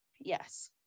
Yes